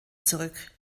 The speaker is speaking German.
zurück